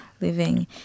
living